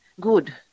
good